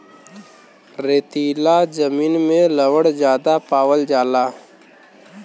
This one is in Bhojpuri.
रेतीला जमीन में लवण ज्यादा पावल जाला